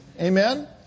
Amen